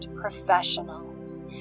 professionals